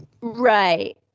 Right